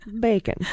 Bacon